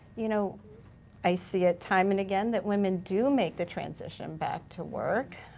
you know i see it time and again that women do make the transition back to work.